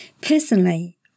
personally